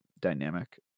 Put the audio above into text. dynamic